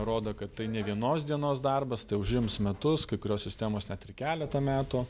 rodo kad tai ne vienos dienos darbas tai užims metus kai kurios sistemos net keletą metų